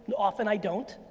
often i don't.